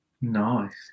nice